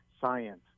science